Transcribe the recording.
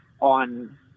on